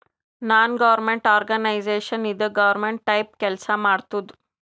ನಾನ್ government organisation ಇದು government type ಕೆಲ್ಸಾ ಮಾಡತ್ತುದ್